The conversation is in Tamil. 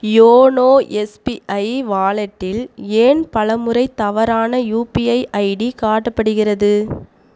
யோனோ எஸ்பிஐ வாலெட்டில் ஏன் பலமுறை தவறான யுபிஐ ஐடி காட்டப்படுகிறது